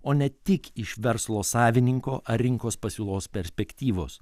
o ne tik iš verslo savininko ar rinkos pasiūlos perspektyvos